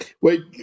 Wait